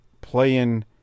playing